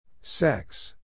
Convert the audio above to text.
Sex